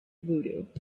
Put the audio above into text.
voodoo